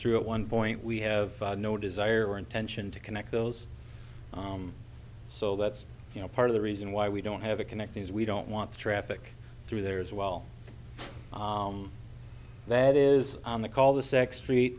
through at one point we have no desire or intention to connect those so that's you know part of the reason why we don't have a connect these we don't want the traffic through there as well that is on the call the sec street